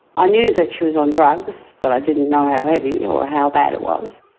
i knew that she was on drugs but i didn't know how heavy or how bad it was.